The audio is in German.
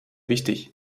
wichtig